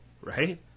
right